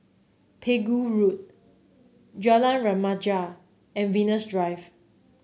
Pegu Road Jalan Remaja and Venus Drive